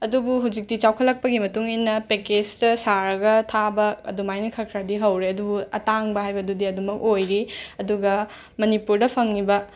ꯑꯗꯨꯕꯨ ꯍꯧꯖꯤꯛꯇꯤ ꯆꯥꯎꯈꯠꯂꯛꯄꯒꯤ ꯃꯇꯨꯡ ꯏꯟꯅ ꯄꯦꯀꯦꯁꯇ ꯁꯥꯔꯒ ꯊꯥꯕ ꯑꯗꯨꯃꯥꯏꯅ ꯈ꯭ꯔ ꯈ꯭ꯔꯗꯤ ꯍꯧꯔꯦ ꯑꯗꯨꯕꯨ ꯑꯇꯥꯡꯕ ꯍꯥꯏꯕꯗꯨꯗꯤ ꯑꯗꯨꯃꯛ ꯑꯣꯏꯔꯤ ꯑꯗꯨꯒ ꯃꯅꯤꯄꯨꯔꯗ ꯐꯪꯉꯤꯕ